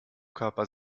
körper